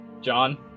John